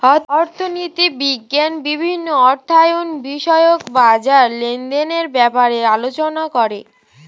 অর্থনীতি বিজ্ঞান বিভিন্ন অর্থায়ন বিষয়ক বাজার লেনদেনের ব্যাপারে আলোচনা করে